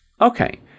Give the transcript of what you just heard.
okay